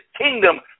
kingdom